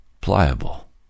Pliable